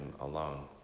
alone